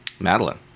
Madeline